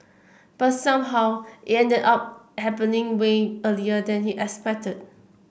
but somehow it ended up happening way earlier than he expected